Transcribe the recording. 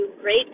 great